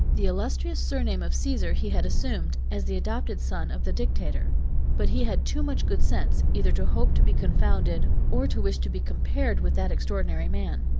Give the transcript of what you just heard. the illustrious surname of caesar he had assumed, as the adopted son of the dictator but he had too much good sense, either to hope to be confounded, or to wish to be compared with that extraordinary man.